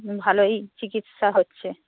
ভালোই চিকিৎসা হচ্ছে